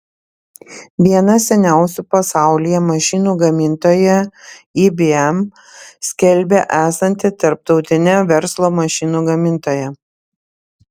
viena seniausių pasaulyje mašinų gamintoja ibm skelbia esanti tarptautine verslo mašinų gamintoja